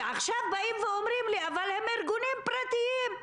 ועכשיו אומרים לי: אבל הם ארגונים פרטיים.